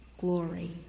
glory